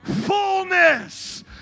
Fullness